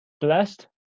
Blessed